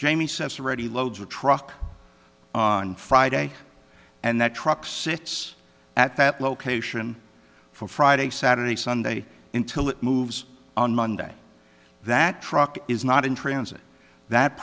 jamie says the ready loads are truck on friday and that truck sits at that location for friday saturday sunday in till it moves on monday that truck is not in transit that